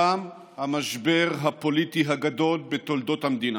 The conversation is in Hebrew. תם המשבר הפוליטי הגדול בתולדות המדינה.